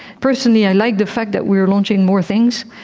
personally i like the fact that we are launching more things,